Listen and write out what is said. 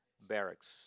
barracks